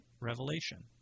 Revelation